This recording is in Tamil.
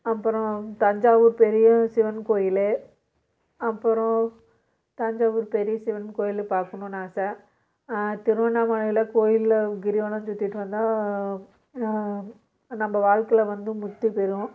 அப்பறம் தஞ்சாவூர் பெரிய சிவன் கோயில் அப்பறம் தஞ்சாவூர் பெரிய சிவன் கோயில் பார்க்கணுன்னு ஆசை திருவண்ணாமலையில் கோயிலில் கிரிவலம் சுற்றிட்டு வந்தால் நம்ம வாழ்க்கையில் வந்து முக்தி பெறும்